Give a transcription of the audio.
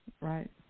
Right